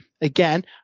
again